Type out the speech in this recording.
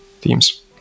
teams